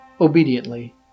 obediently